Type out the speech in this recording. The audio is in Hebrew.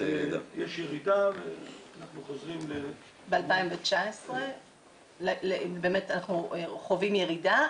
יש ירידה ואנחנו חוזרים --- ב-2019 באמת אנחנו חווים ירידה,